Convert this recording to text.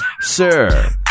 Sir